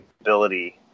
ability –